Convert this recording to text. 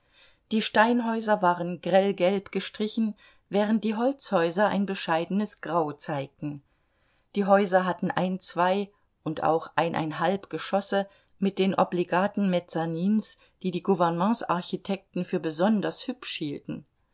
die steinhäuser waren grellgelb gestrichen während die holzhäuser ein bescheidenes grau zeigten die häuser hatten ein zwei und auch eineinhalb geschosse mit den obligaten mezzanins die die gouvernementsarchitekten für besonders hübsch hielten